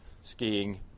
skiing